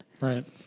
Right